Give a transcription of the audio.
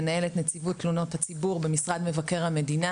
מנהלת נציבות תלונות הציבור במשרד מבקר המדינה.